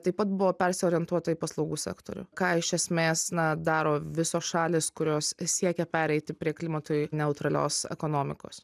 taip pat buvo persiorientuota į paslaugų sektorių ką iš esmės na daro visos šalys kurios siekia pereiti prie klimatui neutralios ekonomikos